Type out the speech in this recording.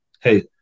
Hey